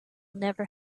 never